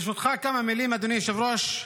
ברשותך, כמה מילים, אדוני היושב-ראש,